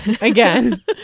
Again